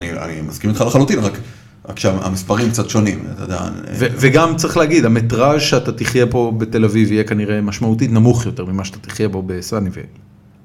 אני מסכים איתך לחלוטין, רק שהמספרים קצת שונים, אתה יודע. וגם צריך להגיד, המטראז שאתה תחיה פה בתל אביב יהיה כנראה משמעותית נמוך יותר ממה שאתה תחיה בו בסניבל.